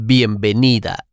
Bienvenida